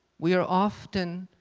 we are often